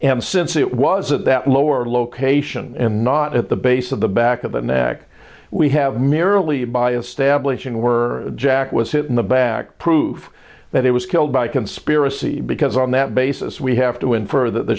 him since it was at that lower location and not at the base of the back of the neck we have merely by establishing were jack was hit in the back prove that he was killed by conspiracy because on that basis we have to infer th